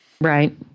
Right